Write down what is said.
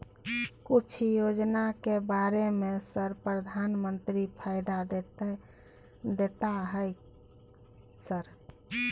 कुछ योजना के बारे में सर प्रधानमंत्री फायदा देता है सर?